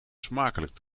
smakelijk